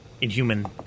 inhuman